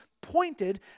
pointed